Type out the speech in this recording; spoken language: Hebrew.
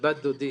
ובת דודי,